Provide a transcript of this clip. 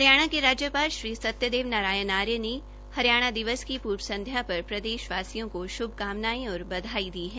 हरियाणा के राज्यपाल श्री सत्यदेव नारायण आर्य ने हरियाणा दिवस के पूर्व संध्या पर प्रदेशवासियों का श्भकामनायें और बधाई दी है